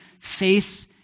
faith